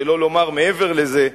שלא לומר מעבר לזה,